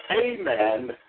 amen